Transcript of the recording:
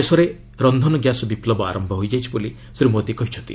ଦେଶରେ ରନ୍ଧନ ଗ୍ୟାସ୍ ବିପୁବ ଆରମ୍ଭ ହୋଇଯାଇଛି ବୋଲି ଶ୍ରୀ ମୋଦି କହିଛନ୍ତି